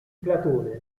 platone